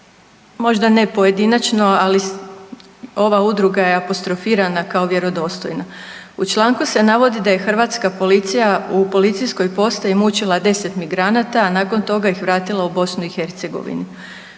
možda ne pojedinačno, ali ova udruga je apostrofirana kao vjerodostojna. U članku se navodi da je hrvatska policija u policijskoj postaji mučila 10 migranata, a nakon toga ih vratila u BiH.